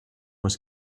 was